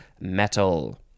metal